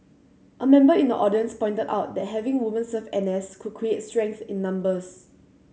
a member in the audience pointed out that having women serve N S could create strength in numbers